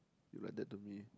you like that to me